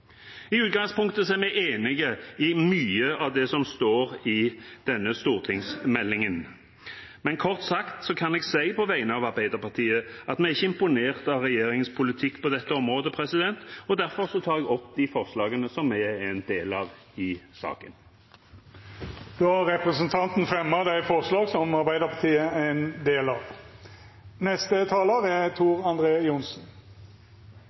I utgangspunktet er vi enig i mye av det som står i denne stortingsmeldingen. Men kort sagt kan jeg si på vegne av Arbeiderpartiet at vi ikke er imponert over regjeringens politikk på dette området, og derfor tar jeg opp de forslagene som vi er en del av i saken. Representanten